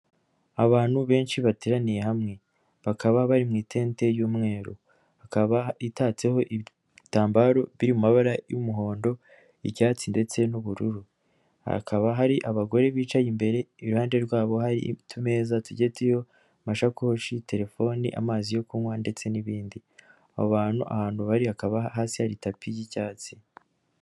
Abantu benshi bateraniye hamwe, bakaba bari mu itente y'umweru, ikaba itatseho ibitambaro biri mu mabara y'umuhondo, icyatsi ndetse n'ubururu hakaba hari abagore bicaye imbere, iruhande rwabo hari utumeza tugiye turiho amashakoshi, telefoni, amazi yo kunywa ndetse n'ibindi, aho bantu ahantu bari hakaba hasi hari tapi y'icyatsi.